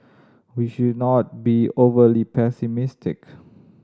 we should not be overly pessimistic